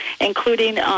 including